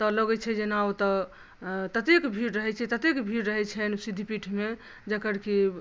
तऽ लगै छै जेना ओतऽ ततेक भीड़ रहै छै ततेक भीड़ रहै छनि सिद्धपीठमे जेकर कि